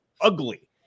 ugly